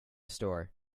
store